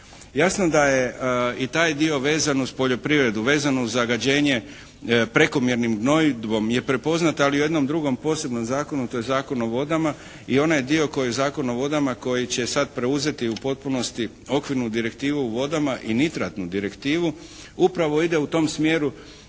Jasno da je i taj dio vezan uz poljoprivredu, vezan uz zagađenje prekomjernim gnojidbom je prepoznat ali u jednom drugom posebnom zakonu, to je Zakon o vodama. I onaj dio koji je Zakon o vodama koji će sad preuzeti u potpunosti okvirnu direktivu u vodama i nitratnu direktivu upravo ide u tom smjeru